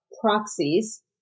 proxies